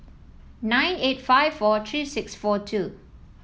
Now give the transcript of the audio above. nine eight five four three six four two